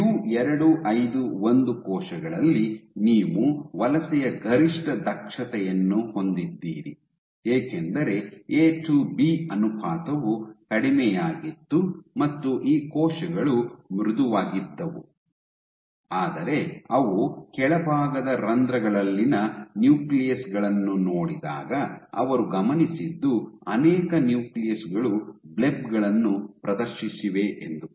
you 251 ಕೋಶಗಳಲ್ಲಿ ನೀವು ವಲಸೆಯ ಗರಿಷ್ಠ ದಕ್ಷತೆಯನ್ನು ಹೊಂದಿದ್ದೀರಿ ಏಕೆಂದರೆ ಎ ಟು ಬಿ ಅನುಪಾತವು ಕಡಿಮೆಯಾಗಿತ್ತು ಮತ್ತು ಈ ಕೋಶಗಳು ಮೃದುವಾಗಿದ್ದವು ಆದರೆ ಅವು ಕೆಳಭಾಗದ ರಂಧ್ರಗಳಲ್ಲಿನ ನ್ಯೂಕ್ಲಿಯಸ್ ಗಳನ್ನು ನೋಡಿದಾಗ ಅವರು ಗಮನಿಸಿದ್ದು ಅನೇಕ ನ್ಯೂಕ್ಲಿಯಸ್ ಗಳು ಬ್ಲೆಬ್ ಗಳನ್ನು ಪ್ರದರ್ಶಿಸಿವೆ ಎಂದು